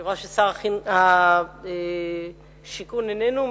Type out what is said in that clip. אני רואה ששר השיכון איננו.